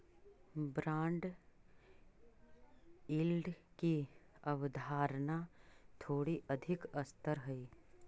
bond yield की अवधारणा थोड़ी अधिक स्तर हई